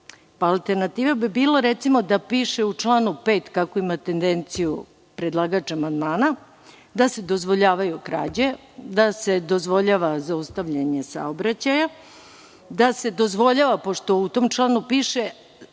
Alternativa bi bila, recimo, da piše u članu 5, kako ima tendenciju predlagač amandmana, da se dozvoljavaju krađe, da se dozvoljava zaustavljanje saobraćaja, da se dozvoljava, pošto u tom članu piše,